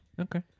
Okay